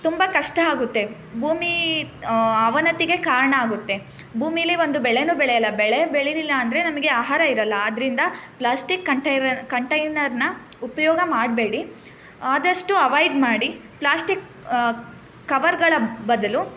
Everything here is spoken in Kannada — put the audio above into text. ತುಂಬ ಕಷ್ಟ ಆಗುತ್ತೆ ಭೂಮಿ ಅವನತಿಗೆ ಕಾರಣ ಆಗುತ್ತೆ ಭೂಮಿಲಿ ಒಂದು ಬೆಳೆನೂ ಬೆಳೆಯಲ್ಲ ಬೆಳೆ ಬೆಳೀಲಿಲ್ಲ ಅಂದರೆ ನಮಗೆ ಆಹಾರ ಇರಲ್ಲ ಆದ್ರಿಂದ ಪ್ಲಾಸ್ಟಿಕ್ ಕಂಟೈನರ್ ಕಂಟೈನರ್ನ ಉಪಯೋಗ ಮಾಡಬೇಡಿ ಆದಷ್ಟು ಅವೈಡ್ ಮಾಡಿ ಪ್ಲಾಸ್ಟಿಕ್ ಕವರ್ಗಳ ಬದಲು